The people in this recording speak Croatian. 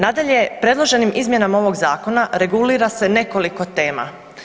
Nadalje, predloženim izmjenama ovog zakona regulira se nekoliko tema.